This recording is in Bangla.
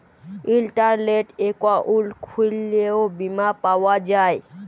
ইলটারলেট একাউল্ট খুইললেও বীমা পাউয়া যায়